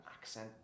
accent